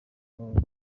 burundu